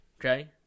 Okay